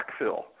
backfill